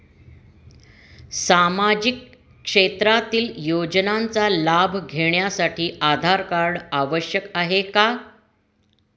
सामाजिक क्षेत्रातील योजनांचा लाभ घेण्यासाठी आधार कार्ड आवश्यक आहे का?